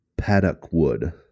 Paddockwood